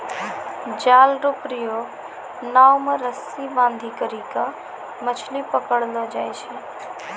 जाल रो प्रयोग नाव मे रस्सी बांधी करी के मछली पकड़लो जाय छै